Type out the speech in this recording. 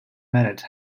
minute